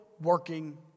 working